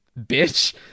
bitch